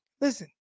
Listen